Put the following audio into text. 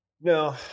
No